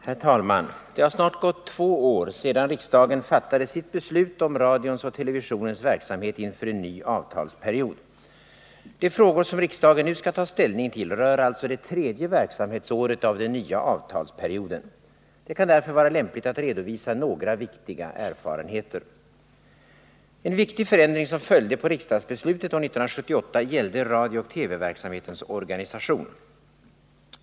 Herr talman! Det har snart gått två år sedan riksdagen fattade sitt beslut om radions och televisionens verksamhet inför en ny avtalsperiod. De frågor som riksdagen nu skall ta ställning till rör alltså det tredje verksamhetsåret av den nya avtalsperioden. Det kan därför vara lämpligt att redovisa några viktiga erfarenheter. En viktig förändring som följde på riksdagsbeslutet år 1978 gällde radiooch TV-verksamhetens organisation.